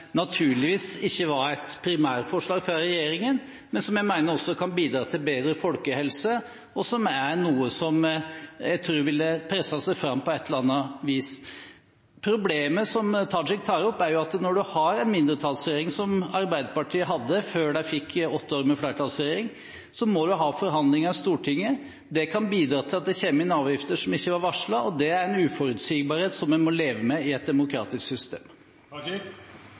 naturligvis ikke var et primærforslag fra regjeringen, men som jeg mener også kan bidra til bedre folkehelse, og som er noe jeg tror ville presset seg fram på et eller annet vis. Problemet som Tajik tar opp, er at når man har en mindretallsregjering, som Arbeiderpartiet hadde før de fikk åtte år med flertallsregjering, må man ha forhandlinger i Stortinget. Det kan bidra til at det kommer avgifter som ikke var varslet, og det er en uforutsigbarhet som vi må leve med i et demokratisk system.